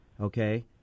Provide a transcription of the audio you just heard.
Okay